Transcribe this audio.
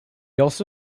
also